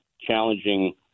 challenging